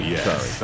Yes